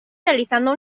realizando